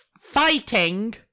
Fighting